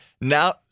now